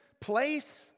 place